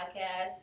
podcast